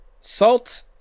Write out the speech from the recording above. Salt